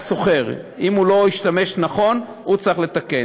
השוכר, אם הוא לא השתמש נכון, הוא צריך לתקן.